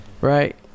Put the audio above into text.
Right